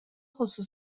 خصوصی